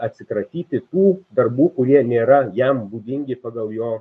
atsikratyti tų darbų kurie nėra jam būdingi pagal jo